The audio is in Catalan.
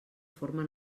forma